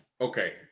Okay